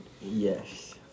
yes